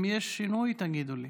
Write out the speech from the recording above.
אם יש שינוי, תגידו לי.